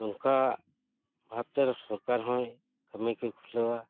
ᱱᱚᱝᱠᱟ ᱵᱷᱟᱵᱽᱛᱮ ᱥᱚᱨᱠᱟᱨ ᱦᱚᱸᱭ ᱠᱟᱹᱢᱤ ᱠᱚᱭ ᱠᱷᱩᱞᱟᱹᱣᱟ